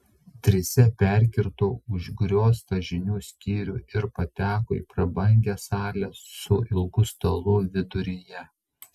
trise perkirto užgrioztą žinių skyrių ir pateko į prabangią salę su ilgu stalu viduryje